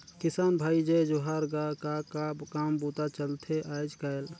किसान भाई जय जोहार गा, का का काम बूता चलथे आयज़ कायल?